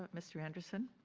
mr anderson.